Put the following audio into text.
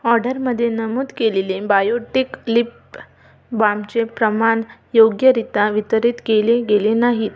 ऑर्डरमध्ये नमूद केलेले बायोटिक लिप बामचे प्रमाण योग्यरीत्या वितरित केले गेले नाही